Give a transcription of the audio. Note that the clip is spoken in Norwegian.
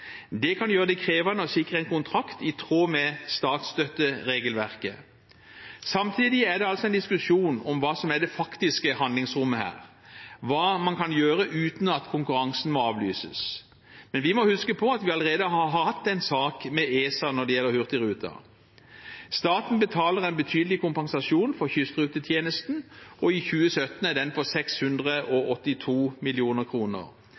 Det kan gjøre det krevende å sikre en kontrakt i tråd med statsstøtteregelverket. Samtidig er det altså en diskusjon om hva som er det faktiske handlingsrommet her, hva man kan gjøre uten at konkurransen må avlyses. Men vi må huske på at vi allerede har hatt en sak med ESA når det gjelder Hurtigruten. Staten betaler en betydelig kompensasjon for kystrutetjenesten, og i 2017 er den på